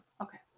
Okay